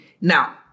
Now